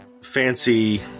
fancy